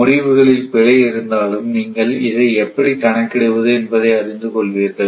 முடிவுகளில் பிழை இருந்தாலும் நீங்கள் இதை எப்படி கணக்கிடுவது என்பதை அறிந்துகொள்வீர்கள்